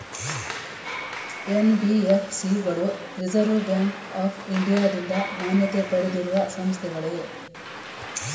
NBFC ಗಳು reserve bank of ಇಂಡಿಯಾದಿಂದ ಮಾನ್ಯತೆ ಪಡೆದಿರುವ ಸಂಸ್ಥೆಗಳೇ?